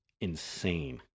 insane